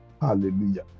hallelujah